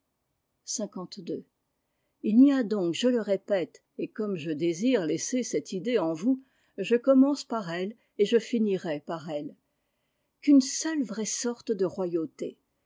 il n'y a donc je le répète et comme je désire laisser cette idée en vous je commence par elle et je finirai par elle qu'une seule vraie sorte de royauté